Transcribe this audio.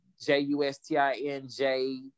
j-u-s-t-i-n-j